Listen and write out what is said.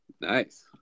Nice